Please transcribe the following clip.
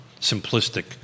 simplistic